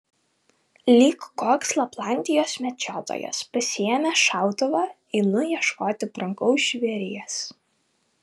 lyg koks laplandijos medžiotojas pasiėmęs šautuvą einu ieškoti brangaus žvėries